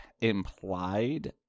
implied